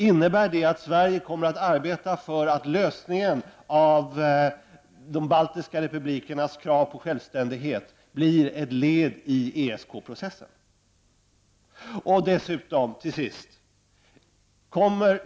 Innebär det att Sverige kommer att arbeta för att uppfyllandet av de baltiska republikernas krav på självständighet blir ett led i ESK processen?